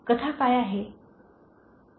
" कथा काय आहे